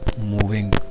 moving